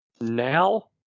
now